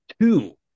two